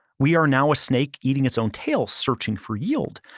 we are now a snake eating its own tail searching for yield.